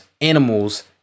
animals